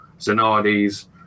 Zanardi's